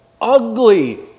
ugly